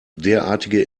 derartige